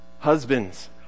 Husbands